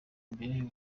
imbere